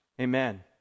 Amen